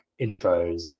intros